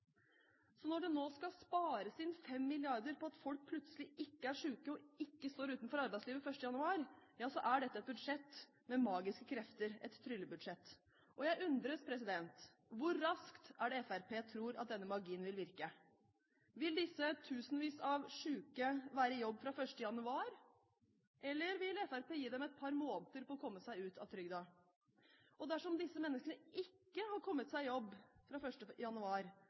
Så når det nå skal spares inn 5 mrd. kr på at folk plutselig ikke er syke, og ikke står utenfor arbeidslivet 1. januar, er dette et budsjett med magiske krefter – et tryllebudsjett. Og jeg undres hvor raskt Fremskrittspartiet tror at denne magien vil virke. Vil disse tusenvis av syke være i jobb fra 1. januar, eller vil Fremskrittspartiet gi dem et par måneder på å komme seg ut av trygden? Dersom disse menneskene ikke har kommet seg i jobb fra 1. januar,